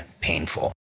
painful